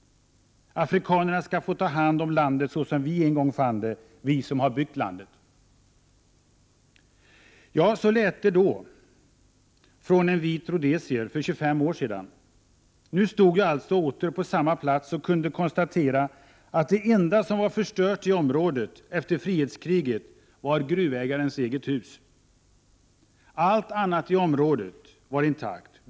Afrikanerna skall få ta hand om landet såsom vi en gång fann det — vi som har byggt landet. Ja, så lät det från en vit rhodesier— för 25 år sedan. Nu stod jag alltså åter på samma plats och kunde konstatera att det enda som var förstört i området efter frihetskriget var gruvägarens eget hus. Allt annat i området var intakt.